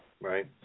right